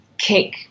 kick